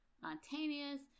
spontaneous